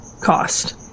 cost